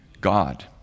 God